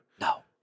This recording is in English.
No